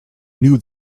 knew